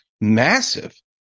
massive